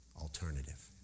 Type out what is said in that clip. alternative